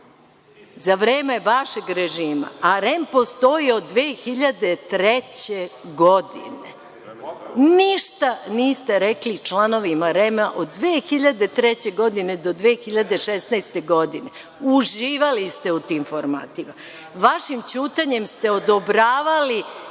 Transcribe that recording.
Za vreme vašeg režima, a REM postoji od 2003. godine. Ništa niste rekli članovima REM-a od 2003. do 2016. godine, uživali ste u tim formatima. Vašim ćutanjem ste odobravali